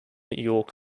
york